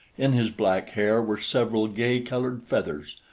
in his black hair were several gay-colored feathers.